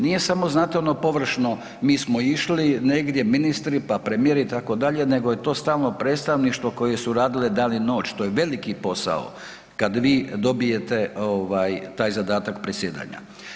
Nije samo znate samo ono površno mi smo išli negdje ministri pa premijer itd., nego je to stalno predstavništvo koji su radile dan i noć, to je veliki posao kad vi dobijete ovaj taj zadatak presjedanja.